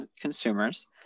consumers